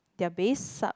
their base suck